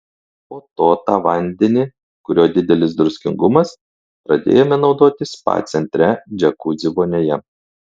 po to tą vandenį kurio didelis druskingumas pradėjome naudoti spa centre džiakuzi vonioje